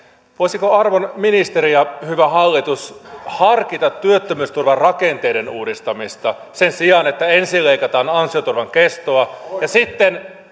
voisiko arvon ministeri ja hyvä hallitus harkita työttömyysturvarakenteiden uudistamista sen sijaan että ensin leikataan ansioturvan kestoa ja sitten